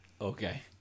Okay